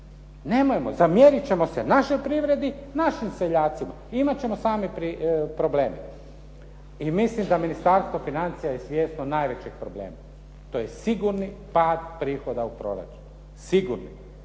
Nemojmo, zamjerit ćemo se našoj privredi, našim seljacima i imat ćemo sami probleme. I mislim da Ministarstvo financija je svjesno najvećeg problema, to je sigurni pad prihoda u proračunu, sigurni.